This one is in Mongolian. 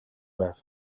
байв